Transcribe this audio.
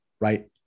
right